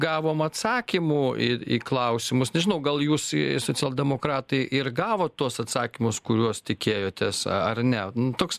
gavom atsakymų į į klausimus nežinau gal jūs socialdemokratai ir gavot tuos atsakymus kuriuos tikėjotės a ar ne toks